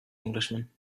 englishman